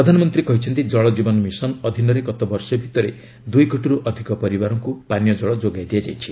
ପ୍ରଧାନମନ୍ତ୍ରୀ କହିଛନ୍ତି କଳ ଜୀବନ ମିଶନ୍ ଅଧୀନରେ ଗତ ବର୍ଷେ ଭିତରେ ଦୁଇ କୋଟିରୁ ଅଧିକ ପରିବାରକୁ ପାନୀୟ ଜଳ ଯୋଗାଇ ଦିଆଯାଇଛି